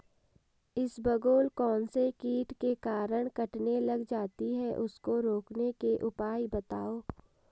इसबगोल कौनसे कीट के कारण कटने लग जाती है उसको रोकने के उपाय बताओ?